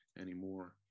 anymore